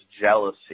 jealousy